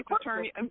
attorney